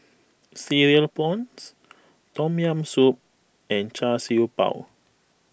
Cereal Prawns Tom Yam Soup and Char Siew Bao